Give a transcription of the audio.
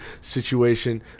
situation